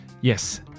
Yes